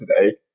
today